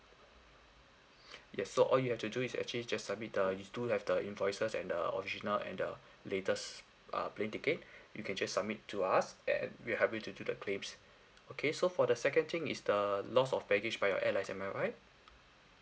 yes so all you have to do is actually just submit uh you do have the invoices and the original and the latest ah plane ticket you can just submit to us and we help you to do the claims okay so for the second thing is the loss of baggage by your airlines am I right